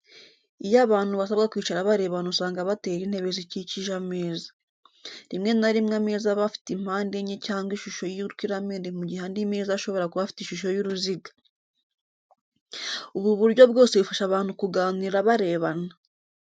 Iyo abantu basabwa kwicara barebana usanga batera intebe zikikije ameza. Rimwe na rimwe ameza aba afite impande enye cyangwa ishusho y'urukiramende mu gihe andi meza ashobora kuba afite ishusho y'uruziga. Ubu buryo bwose bufasha abantu kuganira barebana.